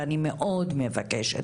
ואני מאוד מבקשת,